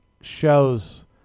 shows